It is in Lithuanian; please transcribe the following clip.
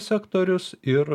sektorius ir